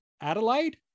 Adelaide